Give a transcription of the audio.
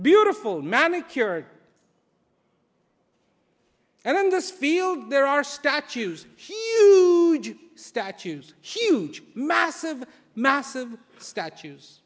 beautiful manicured and then this field there are statues statues huge massive massive statues